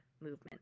movement